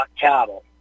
cattle